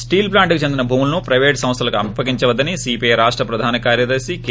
స్లీల్ ప్లాంట్కు చెందిన భూములను ప్రెపేటు సంస్దలకు తప్పగించవద్దని సీపీఐ రాష్ట ప్రధాన కార్యదర్శి కె